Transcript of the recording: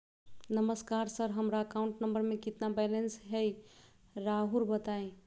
नमस्कार सर हमरा account number में कितना बैलेंस हेई राहुर बताई?